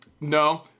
no